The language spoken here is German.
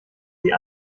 sie